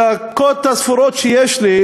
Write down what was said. בדקות הספורות שיש לי,